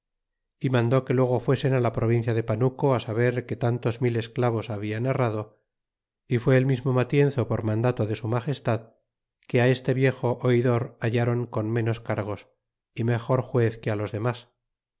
y mandó que luego fuesen ti la provincia de panuco ti saber que tantos mil esclavos habian herrado y fue el mismo matienzo por mandado de su magestad que á este viejo oidor hallaron con menos cargos y mejor juez que los demas